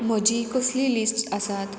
म्हजी कसली लिस्ट आसात